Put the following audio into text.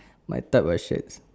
my type of shirt